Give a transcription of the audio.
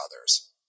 others